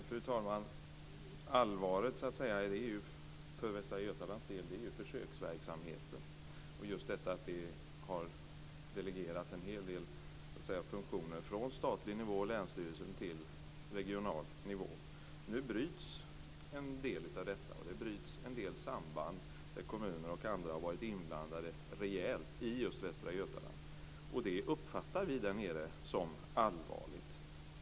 Fru talman! Allvaret för Västra Götalands del är ju försöksverksamheten och just detta att det har delegerats en hel del funktioner från statlig nivå och länsstyrelse till regional nivå. Nu bryts en del av detta. Det bryts en del samband där kommuner och andra har varit rejält inblandade i just Västra Götaland. Det uppfattar vi där nere som allvarligt.